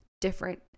different